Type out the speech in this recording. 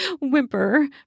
whimper